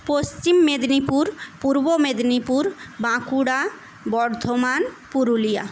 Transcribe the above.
Paschim Medinipur Purba Medinipur Bankura Bardhaman Purulia